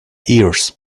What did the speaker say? ears